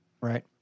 right